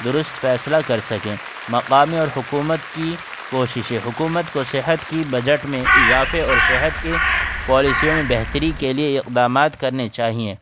درست فیصلہ کر سکیں مقامی اور حکومت کی کوششیں حکومت کو صحت کی بجٹ میں اضافے اور صحت کی پالیسیوں میں بہتری کے لیے اقدامات کرنے چاہئیں